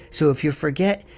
so if you forget,